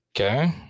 Okay